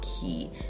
key